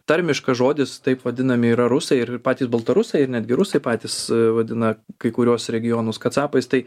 tarmiškas žodis taip vadinami yra rusai ir patys baltarusai ir netgi rusai patys vadina kai kuriuos regionus kacapais tai